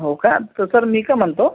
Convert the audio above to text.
हो का तर सर मी काय म्हणतो